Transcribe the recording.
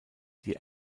die